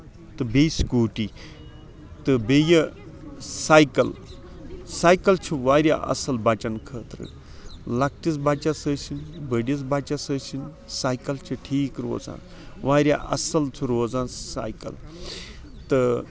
تہٕ بیٚیہِ سکوٗٹی تہٕ بیٚیہِ سیکل سیکَل چھُ واریاہ اَصٕل بَچن خٲطرٕ لۄکٹِس بَچس آسن چھِ بٔڑِس بَچس آسِن سیکَل چھُ ٹھیٖک روزان واریاہ اَصٕل چھُ روزان سیکَل تہٕ